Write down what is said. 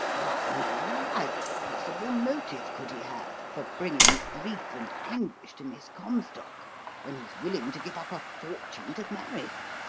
why, man alive, what possible motive could he have for bringing grief and anguish to miss comstock when he's willing to give up a fortune to marry her?